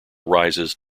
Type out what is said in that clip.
rises